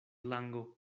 lango